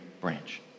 branch